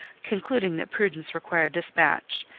concluding that prudence required dispatch,